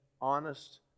honest